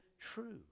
true